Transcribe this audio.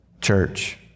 Church